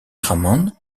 ramon